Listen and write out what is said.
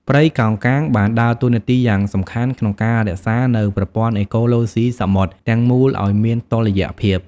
ព្រៃកោងកាងបានដើរតួនាទីយ៉ាងសំខាន់ក្នុងការរក្សានូវប្រព័ន្ធអេកូឡូស៊ីសមុទ្រទាំងមូលឲ្យមានតុល្យភាព។